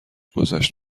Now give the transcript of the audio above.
گذشت